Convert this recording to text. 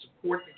support